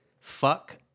fuck